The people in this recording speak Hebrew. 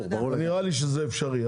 נראה לי שזה אפשרי.